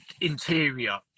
interior